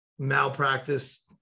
malpractice